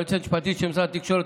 היועצת המשפטית של משרד התקשורת,